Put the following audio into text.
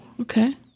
okay